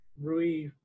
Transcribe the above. Rui